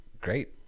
Great